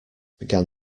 began